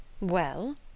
Well